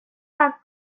comme